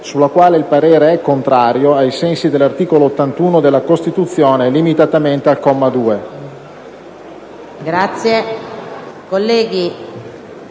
sulla quale il parere è contrario, ai sensi dell'articolo 81 della Costituzione, limitatamente al comma 2».